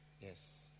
Yes